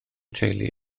teulu